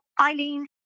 Eileen